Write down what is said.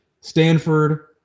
Stanford